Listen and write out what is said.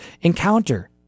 Encounter